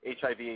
HIV